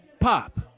Pop